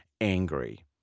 angry